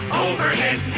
overhead